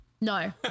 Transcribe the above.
no